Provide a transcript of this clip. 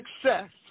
success